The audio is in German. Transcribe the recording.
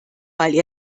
weil